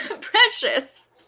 Precious